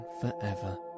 forever